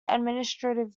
administrative